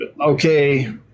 okay